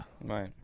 Right